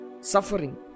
Suffering